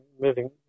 moving